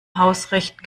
hausrecht